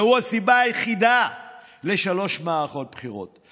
והוא הסיבה היחידה לשלוש מערכות בחירות.